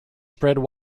spread